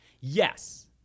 yes